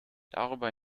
darüber